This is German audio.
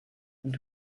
und